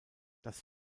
das